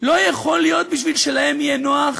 לא יכול להיות שבשביל שלהם יהיה נוח